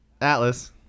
Atlas